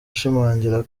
ashimangira